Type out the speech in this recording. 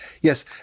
Yes